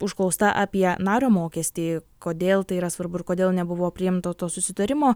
užklausta apie nario mokestį kodėl tai yra svarbu ir kodėl nebuvo priimto to susitarimo